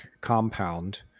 compound